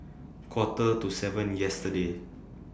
Quarter to seven yesterday